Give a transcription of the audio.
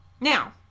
Now